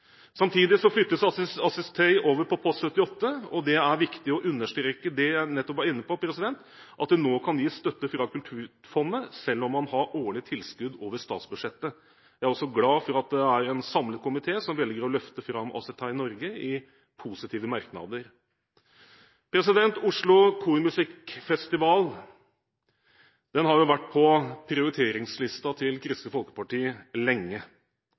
over på post 78. Det er viktig å understreke det jeg nettopp var inne på, at det nå kan gis støtte fra Kulturfondet selv om man har årlige tilskudd over statsbudsjettet. Jeg er også glad for at det er en samlet komité som velger å løfte fram ASSITEJ Norge i positive merknader. Oslo kirkemusikkfestival har vært på prioriteringslisten til Kristelig Folkeparti lenge.